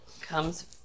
comes